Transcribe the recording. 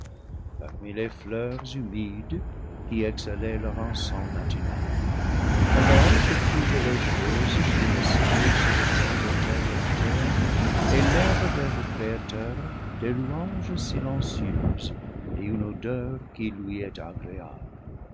parmi les fleurs humides qui exhalaient leur encens matinal alors que toutes les choses qui respirent sur le grand autel de la ferre élèvent vers le créateur des louanges silencieuses et une odeur qui lui est agréable